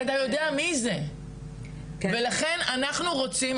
כי אתה יודע מי זה ולכן אנחנו רוצים,